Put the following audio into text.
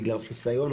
בגלל חסיון,